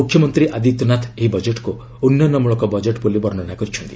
ମୁଖ୍ୟମନ୍ତ୍ରୀ ଆଦିତ୍ୟନାଥ ଏହି ବଜେଟ୍କୁ ଉନ୍ନୟନ ମୂଳକ ବୋଲି ବର୍ଷ୍ଣନା କରିଛନ୍ତି